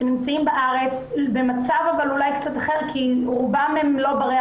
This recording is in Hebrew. הם במצב אולי קצת אחר כי רובם אינם ברי